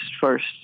first